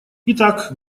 итак